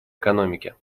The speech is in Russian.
экономике